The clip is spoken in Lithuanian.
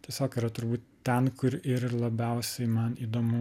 tiesiog yra turbūt ten kur yr labiausiai man įdomu